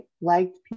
liked